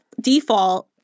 default